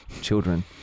Children